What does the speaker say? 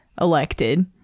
elected